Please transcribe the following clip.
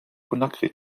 conakry